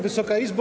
Wysoka Izbo!